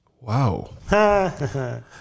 Wow